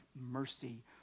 mercy